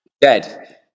dead